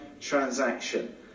transaction